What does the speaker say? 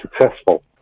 successful